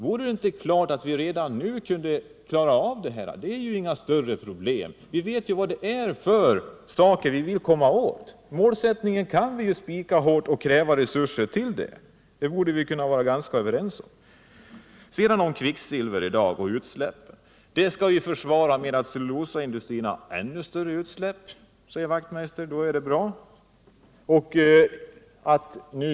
Borde vi inte redan nu kunna klara av detta? Det är ju inte fråga om några större problem, och vi vet ju vad det är vi vill komma åt. Vi kan spika målsättningen och kräva de resurser som behövs för att nå upp till denna. Den saken borde vi kunna vara överens om. Jag kommer så till frågan om kvicksilvret. Jordbrukets användning av kvicksilverhaltiga bekämpningsmedel kan försvaras med att cellulosaindustrin gör ännu större utsläpp, säger Hans Wachtmeister.